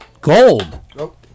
Gold